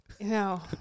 No